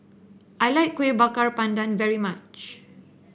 I like Kuih Bakar Pandan very much